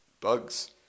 bugs